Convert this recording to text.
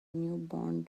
newborn